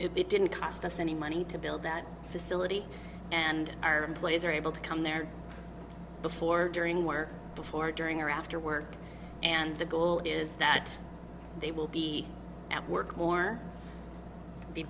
it didn't cost us any money to build that facility and our employees are able to come there before during work before during or after work and the goal is that they will be at work more the